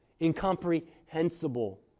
incomprehensible